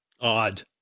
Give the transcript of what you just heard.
Odd